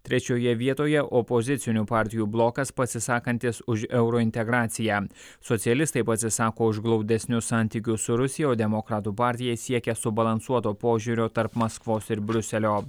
trečioje vietoje opozicinių partijų blokas pasisakantis už eurointegraciją socialistai pasisako už glaudesnius santykius su rusija o demokratų partija siekia subalansuoto požiūrio tarp maskvos ir briuselio